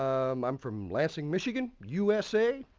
um i'm from lansing, michigan, usa.